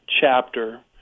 chapter